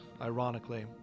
ironically